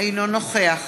אינו נוכח